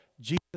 Jesus